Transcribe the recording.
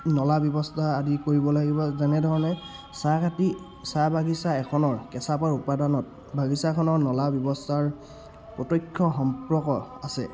নলা ব্যৱস্থা আদি কৰিব লাগিব যেনেধৰণে চাহ কাটি চাহ বাগিচা এখনৰ কেঁচাপাত উপাদানত বাগিচাখনৰ নলা ব্যৱস্থাৰ প্ৰত্যক্ষ সম্পৰ্ক আছে